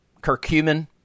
Curcumin